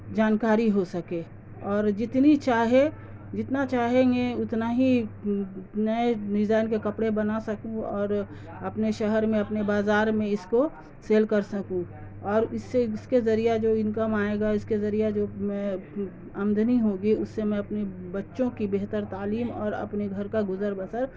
جانکاری ہو سکے اور جتنی چاہے جتنا چاہیں گے اتنا ہی نئے ڈیزائن کے کپڑے بنا سکوں اور اپنے شہر میں اپنے بازار میں اس کو سیل کر سکوں اور اس سے اس کے ذریعہ جو انکم آئے گا اس کے ذریعہ جو میں آمدنی ہوگی اس سے میں اپنے بچوں کی بہتر تعلیم اور اپنے گھر کا گزر بسر